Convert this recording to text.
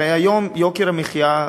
הרי היום יוקר המחיה,